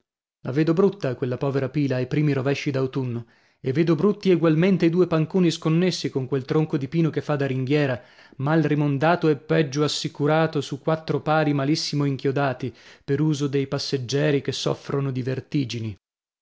la vedo brutta quella povera pila ai primi rovesci d'autunno e vedo brutti egualmente i due panconi sconnessi con quel tronco di pino che fa da ringhiera mal rimondato e peggio assicurato su quattro pali malissimo inchiodati per uso dei passeggeri che soffrono di vertigini